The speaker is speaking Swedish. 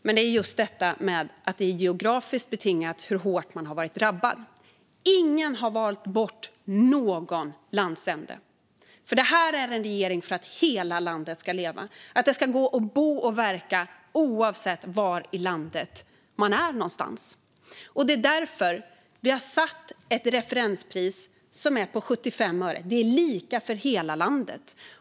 Det gäller just detta att det är geografiskt betingat hur hårt man har varit drabbad. Ingen har valt bort någon landsände. Detta är en regering för att hela landet ska leva. Det ska gå att bo och verka oavsett var någonstans i landet man är. Det är därför vi har satt ett referenspris som är på 75 öre. Det är lika för hela landet.